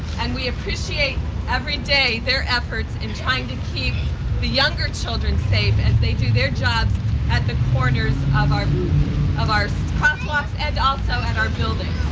and we appreciate every day their efforts in trying to keep the younger children safe as they do their jobs at the corners of our of our crosswalks and also at our buildings.